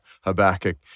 Habakkuk